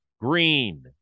Green